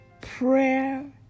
Prayer